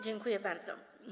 Dziękuję bardzo.